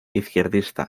izquierdista